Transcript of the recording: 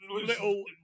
little